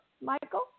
Michael